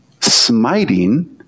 smiting